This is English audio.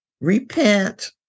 repent